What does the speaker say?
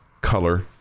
color